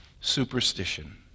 superstition